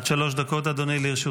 עד שלוש דקות לרשותך,